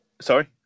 Sorry